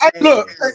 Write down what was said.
Look